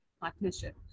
partnership